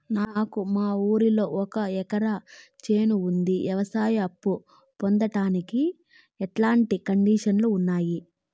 నాకు మా ఊరిలో ఒక ఎకరా చేను ఉంది, వ్యవసాయ అప్ఫు పొందడానికి ఎట్లాంటి కండిషన్లు ఉంటాయి?